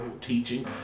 teaching